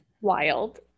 wild